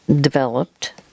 developed